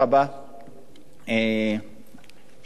שוב,